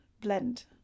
blend